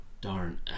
Darn